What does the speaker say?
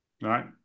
right